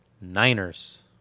Niners